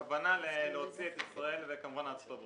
הכוונה להוציא את ישראל וכמובן ארצות הברית.